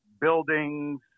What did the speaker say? buildings